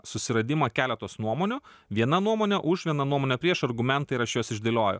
susiradimą keletos nuomonių viena nuomonė už viena nuomonė prieš argumentai ir aš juos išdėlioju